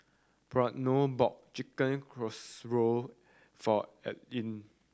Breonna bought Chicken Casserole for Aileen